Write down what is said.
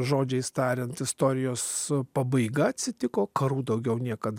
žodžiais tariant istorijos pabaiga atsitiko karų daugiau niekada net